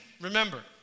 remember